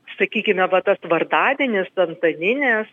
sakykime va tas vardadienis antaninės